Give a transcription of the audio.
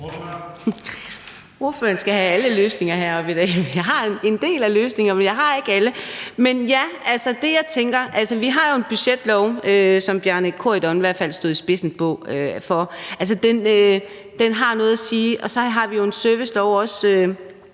Ordføreren skal have alle løsningerne her i dag – jeg har en del af løsningerne, men jeg har ikke alle. Men ja, altså det, jeg tænker, er, at vi jo har en budgetlov, som Bjarne Corydon i hvert fald stod i spidsen for, og den har noget at sige. Og så har vi jo en servicelov, som